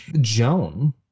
joan